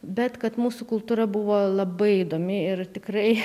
bet kad mūsų kultūra buvo labai įdomi ir tikrai